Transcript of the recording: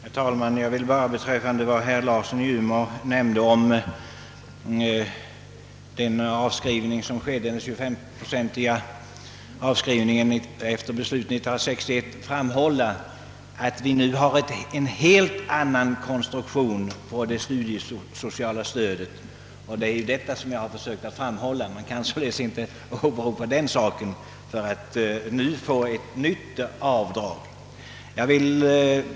Herr talman! Jag vill bara med anledning av vad herr Larsson i Umeå nämnde om den avskrivning som skedde — den 25-procentiga avskrivningen efter beslutet 1961 — framhålla att vi nu har en helt annan konstruktion på det studiesociala stödet. Det är detta som jag har försökt framhålla, Man kan således inte åberopa denna sak för att nu få ett nytt avdrag.